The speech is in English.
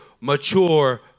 mature